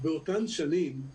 באותן שנים,